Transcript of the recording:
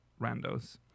randos